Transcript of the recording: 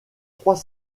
trois